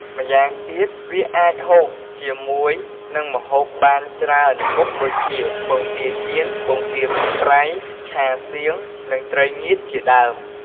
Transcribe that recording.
ម្យ៉ាងវិញទៀតវាអាចហូបជាមួយនិងម្ហូបបានច្រើនមុខដូចជា ពងទាចៀន ពងទាប្រៃ ឆាសៀង និងត្រីងៀតជាដើម។